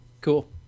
cool